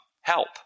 help